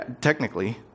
technically